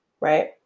right